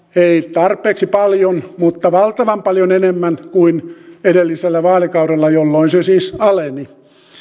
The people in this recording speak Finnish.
tarpeeksi paljon mutta valtavan paljon enemmän kuin edellisellä vaalikaudella jolloin se siis aleni